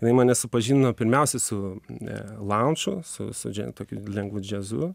jinai mane supažindino pirmiausia su ne lanšu su su tokiu lengvu džiazu